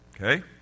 Okay